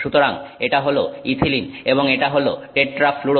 সুতরাং এটা হল ইথিলিন এবং এটা হল টেট্রাফ্লুরো